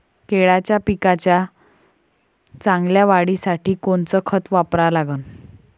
केळाच्या पिकाच्या चांगल्या वाढीसाठी कोनचं खत वापरा लागन?